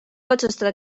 otsustada